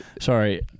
sorry